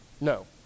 no